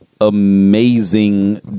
amazing